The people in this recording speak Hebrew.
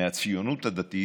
מהציונות הדתית,